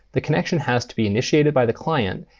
the connection has to be initiated by the client,